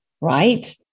right